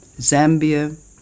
Zambia